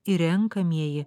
ir renkamieji